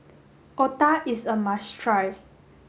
Otah is a must try